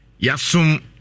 yasum